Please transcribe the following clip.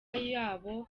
yabo